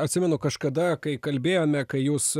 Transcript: atsimenu kažkada kai kalbėjome kai jūs